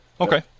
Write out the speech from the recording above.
Okay